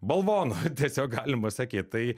balvonu tiesiog galima sakyt tai